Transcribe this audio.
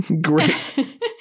Great